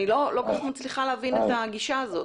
אני לא מצליחה להבין את הגישה הזאת.